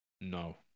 No